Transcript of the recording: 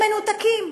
הם מנותקים.